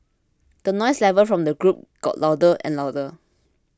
the noise level from the group got louder and louder